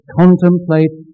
contemplate